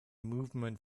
movement